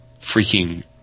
freaking